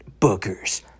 Bookers